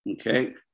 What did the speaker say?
okay